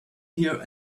here